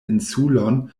insulon